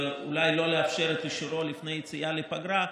ואולי לא לאפשר את אישורו לפני היציאה לפגרה,